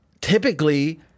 typically